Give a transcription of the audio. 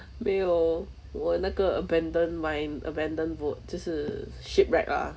没有我那个 abandoned mine abandoned boat 就是 shipwreck ah